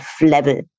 level